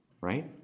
Right